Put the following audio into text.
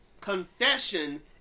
Confession